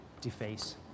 deface